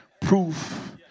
proof